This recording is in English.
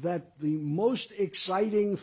that the most exciting